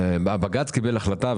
הבג"ץ קיבל החלטה,